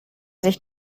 sich